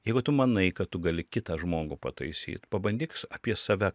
jeigu tu manai kad tu gali kitą žmogų pataisyt pabandyk apie save